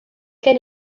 gen